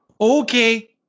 Okay